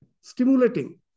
stimulating